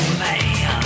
man